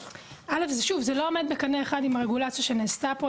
זה לא עומד בקנה אחד עם הרגולציה שנעשתה פה,